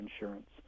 insurance